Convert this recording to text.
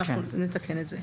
אנחנו נתקן את זה.